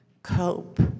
cope